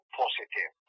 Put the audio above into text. positive